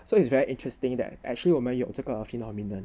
so it's very interesting that actually 我们有这个 phenomenon